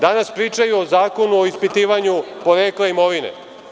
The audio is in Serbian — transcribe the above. Danas pričaju o Zakonu o ispitivanju porekla imovine.